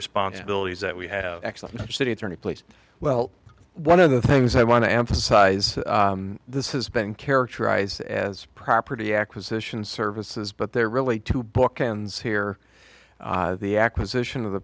responsibilities that we have excellent city attorney please well one of the things i want to emphasize this has been characterized as property acquisition services but there are really two bookends here the acquisition of the